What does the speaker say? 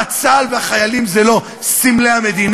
מה, צה"ל והחיילים זה לא סמלי המדינה?